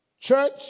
church